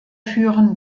führen